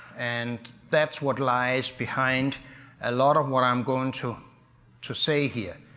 and that's what lies behind a lot of what i'm going to to say here,